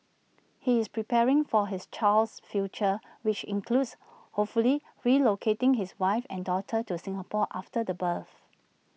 he is preparing for his child's future which includes hopefully relocating his wife and daughter to Singapore after the birth